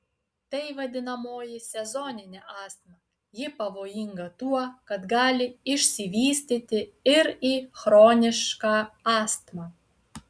tai vadinamoji sezoninė astma ji pavojinga tuo kad gali išsivystyti ir į chronišką astmą